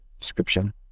description